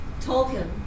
Tolkien